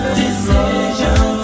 decision